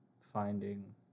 finding